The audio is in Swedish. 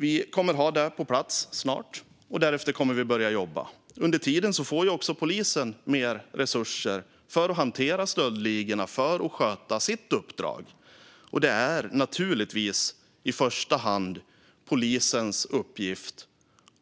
Vi kommer att ha det på plats snart, och därefter kommer vi att börja jobba. Under tiden får polisen mer resurser för att hantera stöldligorna och sköta sitt uppdrag. Det är naturligtvis i första hand polisens uppgift